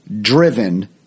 driven